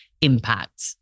impact